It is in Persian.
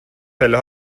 پله